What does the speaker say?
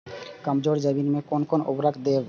कमजोर जमीन में कोन कोन उर्वरक देब?